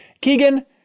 Keegan